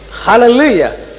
Hallelujah